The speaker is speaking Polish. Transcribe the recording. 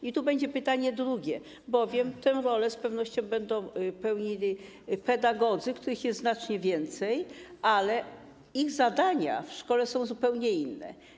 I tu mam pytanie drugie, bowiem tę rolę z pewnością będą odgrywali pedagodzy, których jest znacznie więcej, ale ich zadania w szkole są zupełnie inne.